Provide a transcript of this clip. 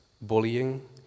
bullying